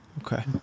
Okay